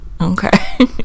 Okay